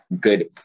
good